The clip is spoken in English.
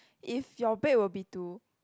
if your bed were be to